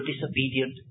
disobedient